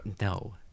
no